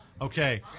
Okay